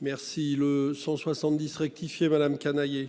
Merci le 170 rectifié madame Canayer.